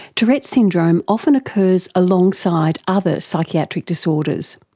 tourette's syndrome often occurs alongside other psychiatric disorders,